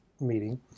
meeting